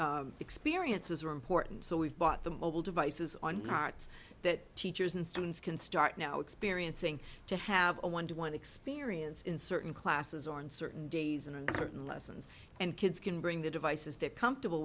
of experiences are important so we've bought the mobile devices on carts that teachers and students can start now experiencing to have a one to one experience in certain classes on certain days and certain lessons and kids can bring the devices they're comfortable